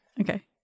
okay